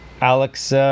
Alex